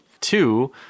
Two